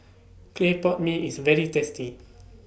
Clay Pot Mee IS very tasty